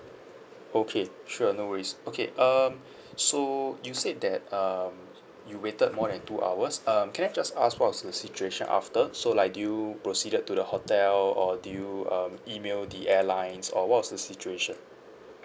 okay sure no worries okay um so you said that um you waited more than two hours um can I just ask what was the situation after so like did you proceeded to the hotel or did you um email the airlines or what was the situation